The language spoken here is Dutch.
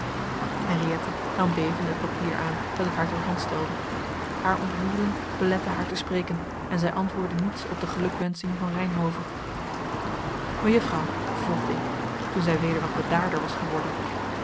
henriëtte nam bevende het papier aan dat ik haar ter hand stelde haar ontroering belette haar te spreken en zij antwoordde niets op de gelukwenschingen van reynhove mejuffrouw vervolgde ik toen zij weder wat bedaarder was geworden